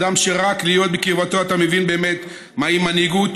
אדם שרק מלהיות בקרבתו אתה מבין באמת מהי מנהיגות